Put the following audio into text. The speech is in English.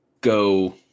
go